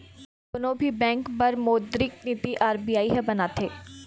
कोनो भी बेंक बर मोद्रिक नीति आर.बी.आई ह बनाथे